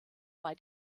bei